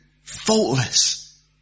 faultless